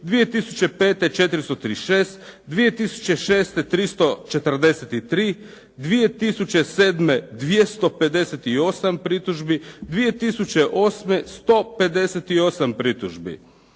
2005. 436, 2006. 343, 2007. 258 pritužbi, 2008. 158 pritužbi.